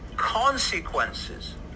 consequences